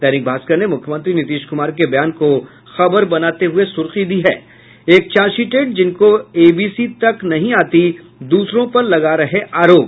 दैनिक भास्कर ने मुख्यमंत्री नीतीश कुमार के बयान को खबर बनाते हये सर्खी दी है एक चार्ज शीटेड जिनको एबीसी तक नहीं आती दूसरों पर लगा रहे आरोप